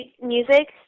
music